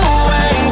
away